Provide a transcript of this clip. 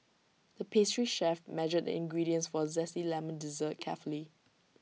the pastry chef measured the ingredients for A Zesty Lemon Dessert carefully